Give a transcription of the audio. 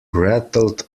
rattled